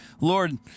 Lord